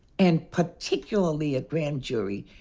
and particularly a grand jury,